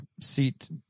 seat